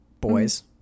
boys